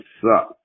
suck